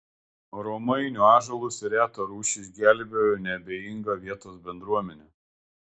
romainių ąžuolus ir retą rūšį išgelbėjo neabejinga vietos bendruomenė